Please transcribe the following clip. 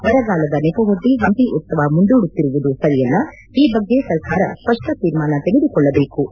ಬರಗಾಲದ ನೆಪ ಒಡ್ಡಿ ಹಂಪಿ ಉತ್ಲವ ಮುಂದೂಡುತ್ತಿರುವುದು ಸರಿಯಲ್ಲ ಈ ಬಗ್ಗೆ ಸರ್ಕಾರ ಸ್ಪಷ್ಟ ತೀರ್ಮಾನ ತೆಗೆದುಕೊಳ್ಳಬೇಕು ಎಂದರು